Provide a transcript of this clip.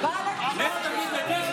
בישיבת סיעה תגיד לאנשים